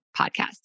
podcast